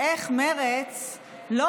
איך מרצ לא